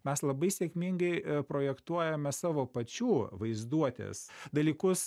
mes labai sėkmingai projektuojame savo pačių vaizduotės dalykus